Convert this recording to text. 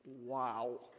wow